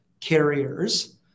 carriers